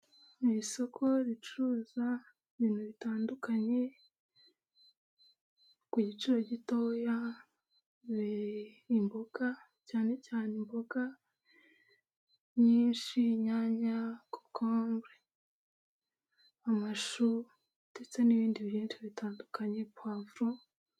Ni isoko ricuruza ibintu bitandukanye ku giciro gitoya imboga cyane cyane imboga nyinshi, inyanya, kokombure, amashu ndetse n'ibindi byinshi bitandukanye puwavuro.